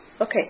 Okay